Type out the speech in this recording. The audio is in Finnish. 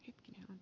itkin